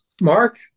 Mark